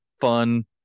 fun